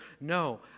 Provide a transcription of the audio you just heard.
No